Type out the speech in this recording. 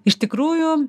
iš tikrųjų